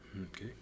Okay